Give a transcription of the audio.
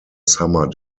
summer